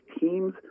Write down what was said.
teams